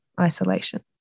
isolation